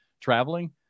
traveling